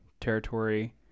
territory